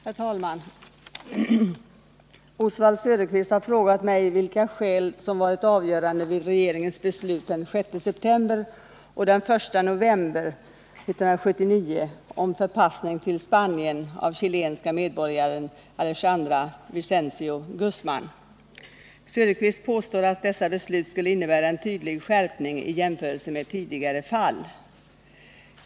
Herr talman! Oswald Söderqvist har frågat mig vilka skäl som har varit avgörande vid regeringens beslut den 6 september och den 1 november 1979 om förpassning till Spanien av chilenska medborgaren Alejandra Vicencio Guzman. Oswald Söderqvist påstår att dessa beslut skulle innebära en tydlig Nr 35 skärpning i jämförelse med tidigare fall.